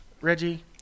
Reggie